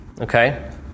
Okay